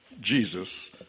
Jesus